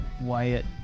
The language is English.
Wyatt